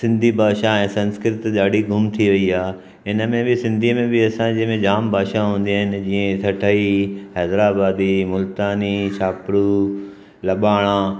सिंधी भाषा ऐं संस्कृत ॾाढी गुम थी वई आहे हिनमें बि सिंधीअ में बि असां जंहिंमें जाम भाषा हूंदियूं आहिनि जीअं ठठई हैदराबादी मुलतानी छापड़ू लबाणा